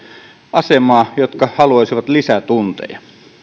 asemaa jotka haluaisivat lisätunteja